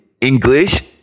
English